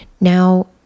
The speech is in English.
Now